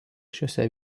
šiose